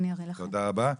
תודה רבה.